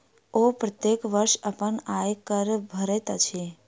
ओ प्रत्येक वर्ष अपन आय कर भरैत छथि